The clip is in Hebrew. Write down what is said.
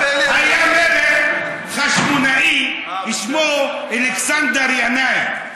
היה מלך חשמונאי ושמו אלכסנדר ינאי.